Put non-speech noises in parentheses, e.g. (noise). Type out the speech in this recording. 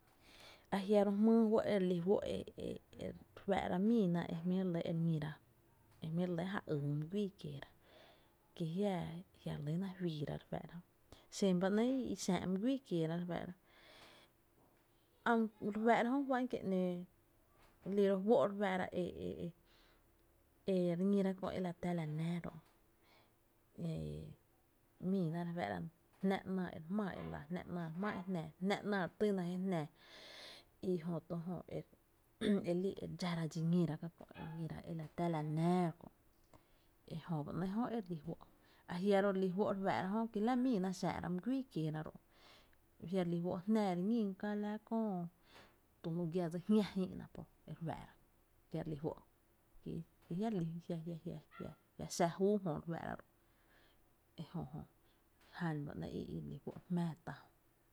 Ajia’ ro’ jmýy fɇ’ e (hesitation) e e re fáá’ra e jmí0’ re lɇ e re ñíra, e jmí’ re lɇ ja yy my güii kieera, ki jiá’ re lyna juiira re fáá’ra jö xen ba ‘nɇɇ’ i xää’ my güii kieera re fáá’ra jö au (hesitation) re fáá’ra jö juá’n kie’ ‘nó re lí ró’ fó’ re fáá’ra jö e (hesitation) e e e re ñira kö e la tⱥ la nⱥⱥ ro’ ee miina re fá’ra, jná ‘naa re jmáá ela, jná ‘naa re jmáá e jnaa, jná ‘naa re týna je jnaa, i jö to jö e lii e re dxára dxi ñíra kö’ e re ñóira kö e la tⱥ´la náá kö’ e jö ba ‘nɇɇ’ jö e re lí fó’ a jia’ ro’ re lí fó’ e re fáá’ra jö ki la miína xä’ra my güii kieera ro’ jiare lí fó’ jná re ñín ka la köö tu lu gia dsi jña’ jïï’na ta kö re fáá’ra jia’ re lí fó’ ki jiá’ (hesitation) jia, jia’ xa júu jö re fáá’ra ro’ ejö jö, jan ba ‘nɇɇ’ i re lí fó’ re jmⱥⱥ tá jö.